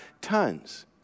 tons